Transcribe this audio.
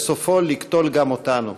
וסופו לקטול גם אותנו.